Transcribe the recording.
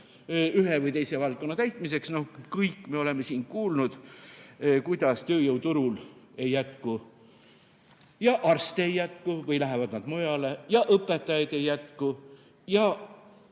ühe või teise valdkonna [vajaduste] täitmiseks. Kõik me oleme siin kuulnud, kuidas tööjõuturul ei jätku arste – ei jätku või lähevad nad mujale – ja õpetajaid ei jätku ja